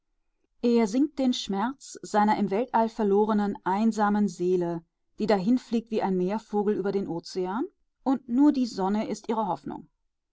er singt den schmerz seiner im weltall verlorenen einsamen seele die dahinfliegt wie ein meervogel über den ozean und nur die sonne ist ihre hoffnung